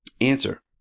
Answer